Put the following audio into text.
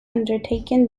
undertaken